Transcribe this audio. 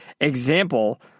example